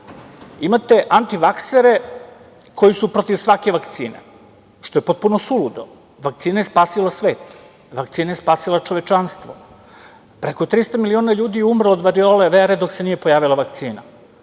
imate antivaksere koji su protiv svake vakcine, što je potpuno suludo. Vakcina je spasila svet, vakcina je spasila čovečanstvo. Preko 300 miliona ljudi je umrlo od variola vere dok se nije pojavila vakcina.